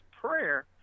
prayer